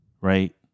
right